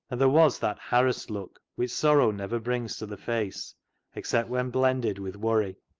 and there was that harassed look which sorrow never brings to the face except when blended with worry.